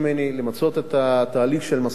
למצות את התהליך של משא-ומתן.